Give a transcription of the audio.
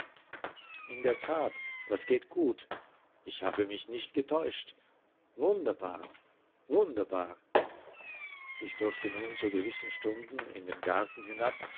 in der tat das geht gut ich habe mich nicht getäuscht wunderbar wunderbar ich durfte nun zu gewissen stunden in den garten hinab